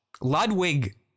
Ludwig